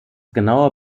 genaue